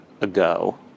ago